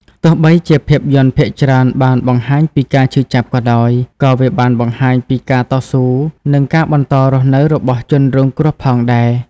ទោះបីជាភាពយន្តភាគច្រើនបានបង្ហាញពីការឈឺចាប់ក៏ដោយ ក៏វាបានបង្ហាញពីការតស៊ូ និងការបន្តរស់នៅរបស់ជនរងគ្រោះផងដែរ។